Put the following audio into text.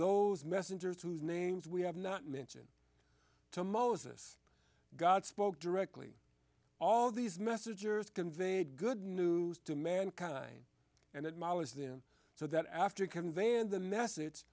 those messengers whose names we have not mentioned to moses god spoke directly all these messages conveyed good news to mankind and it was them so that after conveying the message